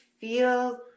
feel